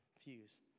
fuse